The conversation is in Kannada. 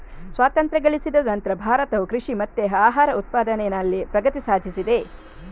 ಸ್ವಾತಂತ್ರ್ಯ ಗಳಿಸಿದ ನಂತ್ರ ಭಾರತವು ಕೃಷಿ ಮತ್ತೆ ಆಹಾರ ಉತ್ಪಾದನೆನಲ್ಲಿ ಪ್ರಗತಿ ಸಾಧಿಸಿದೆ